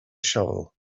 shovel